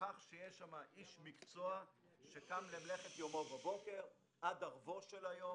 בכך שיש שם איש מקצוע שקם למלאכת יומו בבוקר ועד ערבו של היום